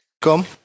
Come